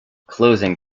closing